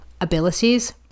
abilities